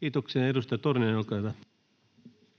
Kiitoksia. — Edustaja Torniainen, olkaa hyvä.